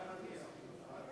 אני מגיע.